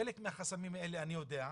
חלק מהחסמים האלה אני יודע,